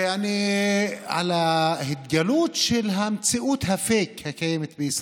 על ההתגלות של מציאות הפייק בישראל.